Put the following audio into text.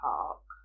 Park